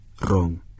wrong